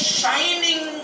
shining